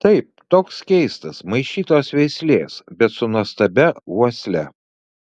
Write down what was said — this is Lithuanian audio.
taip toks keistas maišytos veislės bet su nuostabia uosle